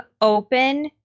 open